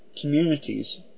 communities